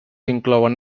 inclouen